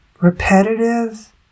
repetitive